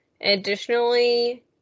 additionally